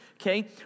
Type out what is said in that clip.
okay